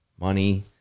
money